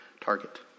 target